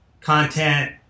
content